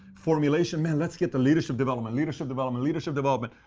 formulation, man, let's get the leadership development, leadership development, leadership development.